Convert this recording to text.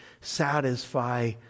satisfy